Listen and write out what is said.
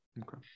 okay